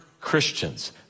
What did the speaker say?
Christians